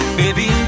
baby